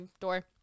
door